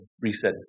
reset